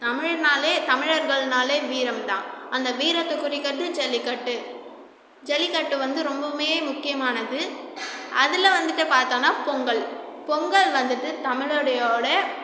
தமிழ்னாலே தமிழர்கள்னாலே வீரம் தான் அந்த வீரத்தை குறிக்கிறது ஜல்லிக்கட்டு ஜல்லிக்கட்டு வந்து ரொம்பவுமே முக்கியமானது அதில் வந்துவிட்டு பார்த்தோன்னா பொங்கல் பொங்கல் வந்துவிட்டு தமிழர்களோட